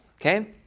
okay